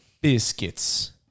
Biscuits